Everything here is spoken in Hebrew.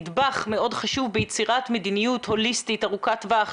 נדבך מאוד חשוב ביצירת מדיניות הוליסטית ארוכת טווח,